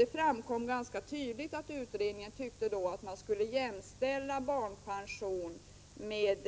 Det framkom ganska tydligt att utredningen tyckte att barnpension i skattehänseende skulle jämställas med